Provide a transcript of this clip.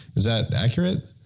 is that accurate?